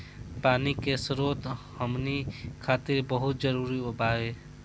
पानी के स्रोत हमनी खातीर बहुत जरूरी बावे